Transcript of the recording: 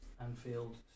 Anfield